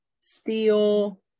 steel